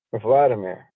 Vladimir